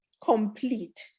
complete